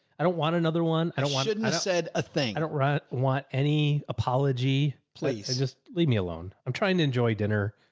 i don't want another one. i don't want it. and i said a thing. i don't want any apology, please just leave me alone. i'm trying to enjoy dinner.